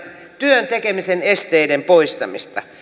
työn tekemisen esteiden poistamista